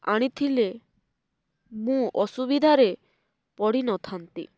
ଆଣିଥିଲେ ମୁଁ ଅସୁବିଧାରେ ପଡ଼ିିନଥାନ୍ତି